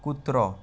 कुत्रो